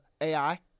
AI